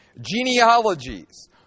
genealogies